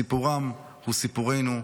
סיפורם הוא סיפורנו,